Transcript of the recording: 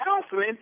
counseling